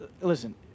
Listen